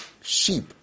sheep